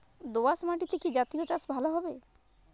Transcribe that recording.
দোয়াশ মাটিতে কি জাতীয় চাষ ভালো হবে?